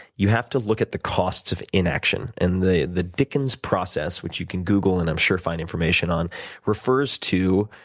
you have to look at the costs of inaction. and the the dickens process which you can google and, i'm sure, find information on refers to